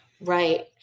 right